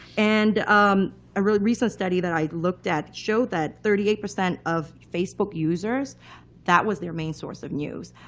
and um a recent study that i looked at showed that thirty eight percent of facebook users that was their main source of news.